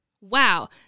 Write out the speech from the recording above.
Wow